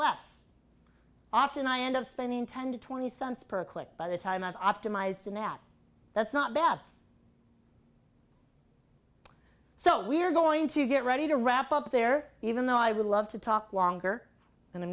less often i end up spending ten to twenty cents per click by the time not optimized to nap that's not bad so we're going to get ready to wrap up there even though i would love to talk longer than a